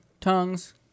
tongues